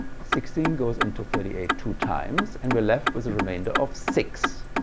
sixteen goes into thirty eight two times and we're left with a remainder of six.